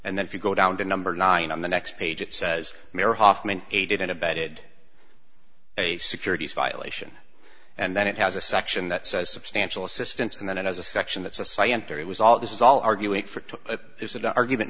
and then if you go down to number nine on the next page it says mary hoffman aided and abetted a securities violation and then it has a section that says substantial assistance and then it has a section that society entered it was all this is all arguing for to is that an argument